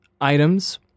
items